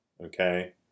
Okay